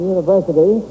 University